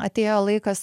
atėjo laikas